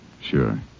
Sure